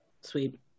Sweet